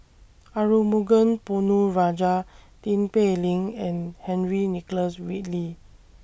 Arumugam Ponnu Rajah Tin Pei Ling and Henry Nicholas Ridley